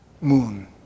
moon